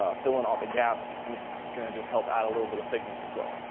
ah fill in all the gaps and it's going to just help add a little bit of thickness as well.